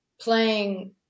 playing